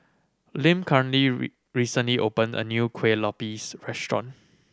Lim recently opened a new Kuih Lopes restaurant